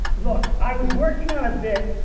yeah look, i was working on a bit.